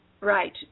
right